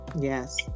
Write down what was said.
Yes